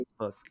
Facebook